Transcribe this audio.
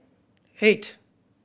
eight